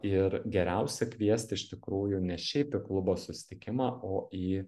ir geriausia kviesti iš tikrųjų ne šiaip į klubo susitikimą o į